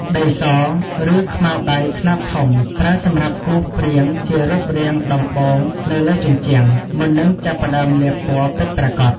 ដីស ឬខ្មៅដៃខ្នាតធំ ប្រើសម្រាប់គូសព្រាងជារូបរាងដំបូងនៅលើជញ្ជាំង មុននឹងចាប់ផ្ដើមលាបពណ៌ពិតប្រាកដ។